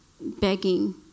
begging